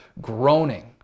groaning